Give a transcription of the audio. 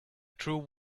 true